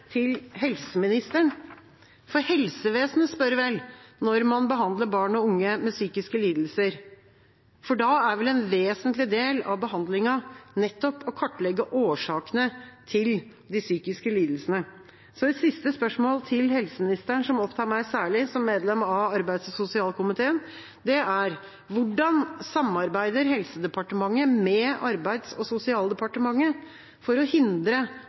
til helseministeren: Helsevesenet spør vel når man behandler barn og unge med psykiske lidelser, for da er vel en vesentlig del av behandlingen nettopp å kartlegge årsakene til de psykiske lidelsene. Så et siste spørsmål til helseministeren som opptar meg særlig som medlem av arbeids- og sosialkomiteen, er: Hvordan samarbeider Helsedepartementet med Arbeids- og sosialdepartementet for å hindre